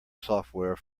software